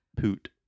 poot